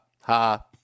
ha